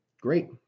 great